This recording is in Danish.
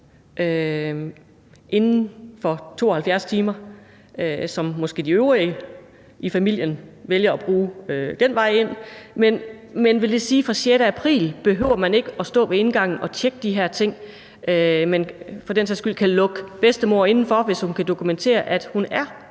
inden for 72 timer, som måske er det, de øvrige i familien vælger at bruge som vejen ind? Vil det sige, at fra den 6. april behøver man ikke at stå ved indgangen og tjekke de her ting, men kan lukke bedstemor indenfor, hvis hun kan dokumentere, at hun er